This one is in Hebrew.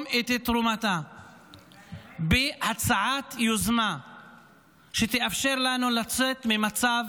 את תרומתה בהצעת יוזמה שתאפשר לנו לצאת ממצב